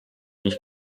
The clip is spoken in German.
nicht